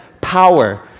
power